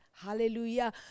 Hallelujah